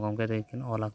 ᱜᱚᱝᱠᱮ ᱛᱟᱠᱤᱱ ᱠᱤᱱ ᱚᱞᱟᱠᱟᱜᱼᱟ